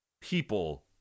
people